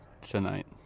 tonight